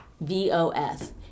V-O-S